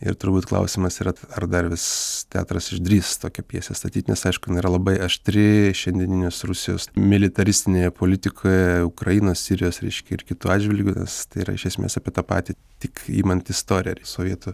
ir turbūt klausimas yra ar dar vis teatras išdrįs tokią pjesę statyt nes aišku jinai yra labai aštri šiandieninės rusijos militaristinėje politikoje ukrainos sirijos reiškia ir kito atžvilgiu nes tai yra iš esmės apie tą patį tik imant istoriją ir sovietų